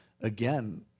Again